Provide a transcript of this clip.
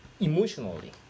emotionally